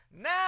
Now